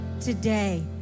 today